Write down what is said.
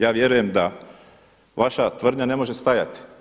Ja vjerujem da vaša tvrdnja ne može stajati.